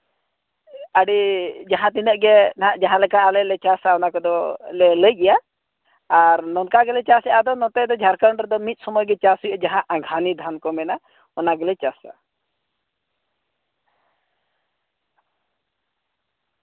ᱟᱹᱰᱤ ᱡᱟᱦᱟᱸᱛᱤᱱᱟᱹᱜ ᱜᱮ ᱱᱟᱜ ᱡᱟᱦᱟᱸ ᱞᱮᱠᱟ ᱟᱞᱮ ᱞᱮ ᱪᱟᱥᱟ ᱚᱱᱟ ᱠᱚᱫᱚ ᱞᱮ ᱞᱟᱹᱭ ᱜᱮᱭᱟ ᱟᱨ ᱱᱚᱝᱠᱟ ᱜᱮᱞᱮ ᱪᱟᱥᱮᱜᱼᱟ ᱟᱫᱚ ᱱᱚᱛᱮ ᱫᱚ ᱡᱷᱟᱲᱠᱷᱚᱸᱰ ᱨᱮᱫᱚ ᱢᱤᱫ ᱥᱚᱢᱚᱭ ᱜᱮ ᱪᱟᱥ ᱦᱩᱭᱩᱜᱼᱟ ᱡᱟᱦᱟᱸ ᱟᱸᱜᱷᱟᱞᱤ ᱫᱷᱟᱱ ᱠᱚ ᱢᱮᱱᱟ ᱚᱱᱟ ᱜᱮᱞᱮ ᱪᱟᱥᱟ